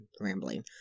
rambling